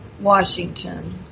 Washington